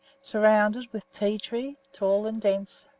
surrounded with tea-tree, tall and dense,